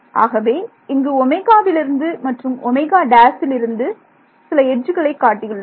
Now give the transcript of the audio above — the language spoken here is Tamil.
ஆகவே இங்கு விலிருந்து மற்றும் ல் இருந்து சில எட்ஜ்களை காட்டியுள்ளேன்